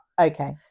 Okay